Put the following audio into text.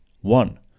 One